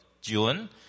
June